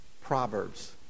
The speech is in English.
Proverbs